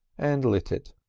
and lit it.